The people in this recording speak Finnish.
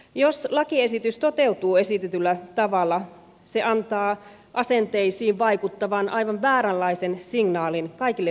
jos lakiesitys toteutuu esitetyllä tavalla se antaa asenteisiin vaikuttavan aivan vääränlaisen signaalin kaikille vesilläliikkujille